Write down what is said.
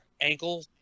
ankle